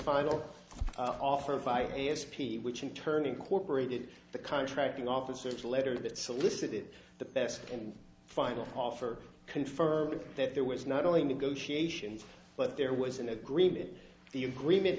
final offer via a s p which in turn incorporated the contracting officer to a letter that solicited the best can final offer confirming that there was not only negotiations but there was an agreement the agreement